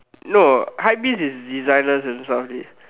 no hypebeast is designers and stuff dey